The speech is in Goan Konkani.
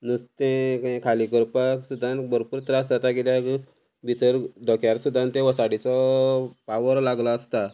नुस्तें खंय खाली करपा सुद्दां भरपूर त्रास जाता कित्याक भितर धोक्यार सुद्दां ते वोसाडीचो पावर लागलो आसता